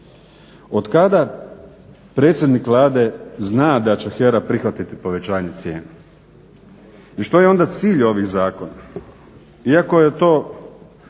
Od kada predsjednik Vlade zna da će HERA prihvatiti povećanje cijene? I što je onda cilj ovih zakona? Iako je to